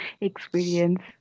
experience